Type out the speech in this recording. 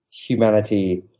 humanity